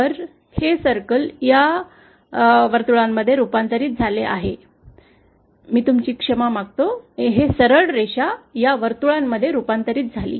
तर हे वर्तुळ या वर्तुळामध्ये रूपांतरित झाले आहे मी तुम्हाला क्षमा मागतो ही सरळ रेष या वर्तुळामध्ये रूपांतरित झाली